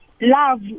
love